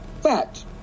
Fact